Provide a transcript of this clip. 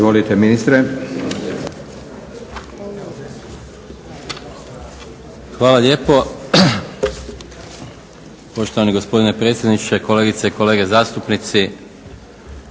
Gordan (SDP)** Hvala lijepo. Poštovani potpredsjedniče, kolegice i kolege zastupnici.